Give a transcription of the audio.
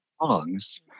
songs